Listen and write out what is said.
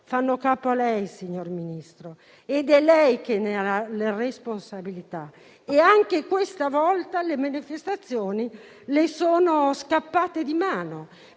fanno capo a lei, signor Ministro, ed è lei che ne ha la responsabilità. Anche questa volta le manifestazioni le sono scappate di mano,